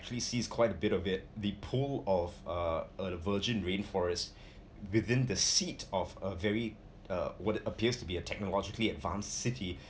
actually sees quite a bit of it the pool of uh err virgin rainforest within the seat of a very uh what appears to be a technologically advanced city